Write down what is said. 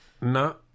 No